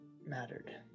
mattered